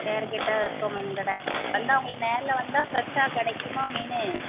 தேர்கிட்ட இருக்கோ மீன் கடை வந்தால் உங்களுக்கு நேரில் வந்தால் ஃப்ரெஷ்ஷாக கிடைக்குமா மீன்